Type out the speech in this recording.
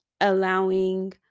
allowing